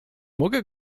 mogę